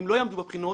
אם לא יעמדו בבחינות,